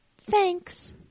Thanks